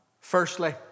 Firstly